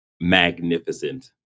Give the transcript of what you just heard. magnificent